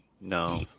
No